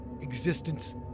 existence